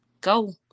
go